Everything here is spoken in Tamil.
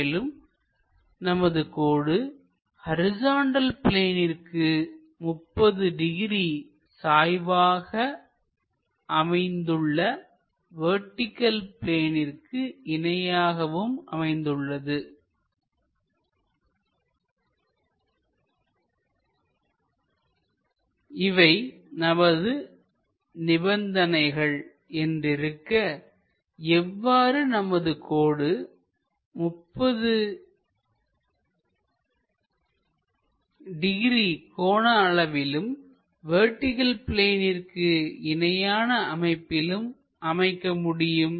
மேலும் நமது கோடு ஹரிசாண்டல் பிளேனிற்கு 30 டிகிரி சாய்வாக அமைந்து வெர்டிகள் பிளேனிற்கு இணையாகவும் அமைந்துள்ளது இவை நமது நிபந்தனைகள் என்று இருக்க எவ்வாறு நமது கோடு 30 டிகிரி கோண அளவிலும் வெர்டிகள் பிளேனிற்கு இணையான அமைப்பிலும் அமைக்க முடியும்